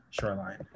Shoreline